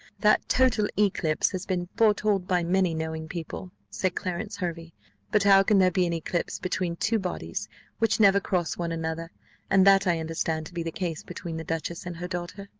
that total eclipse has been foretold by many knowing people, said clarence hervey but how can there be an eclipse between two bodies which never cross one another and that i understand to be the case between the duchess and her daughter.